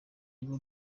rwo